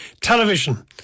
Television